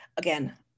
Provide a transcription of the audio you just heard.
Again